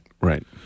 Right